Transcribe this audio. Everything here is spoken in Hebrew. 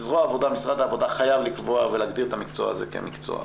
זרוע העבודה במשרד העבודה חייבת לקבוע ולהגדיר את המקצוע הזה כמקצוע.